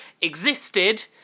existed